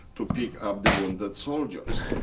to pick up the wounded soldiers.